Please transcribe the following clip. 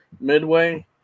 midway